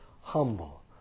humble